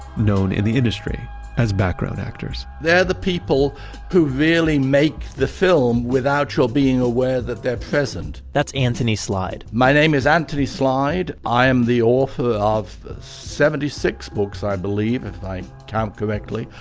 known in the industry as background actors they're the people who really make the film without your being aware that they're present that's anthony slide my name is antony slide, i am the author of seventy six books, i believe, if i count correctly,